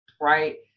Right